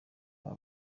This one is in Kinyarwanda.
aba